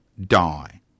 die